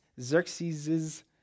Xerxes